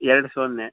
ಎರಡು ಸೊನ್ನೆ